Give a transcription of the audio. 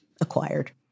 acquired